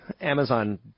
Amazon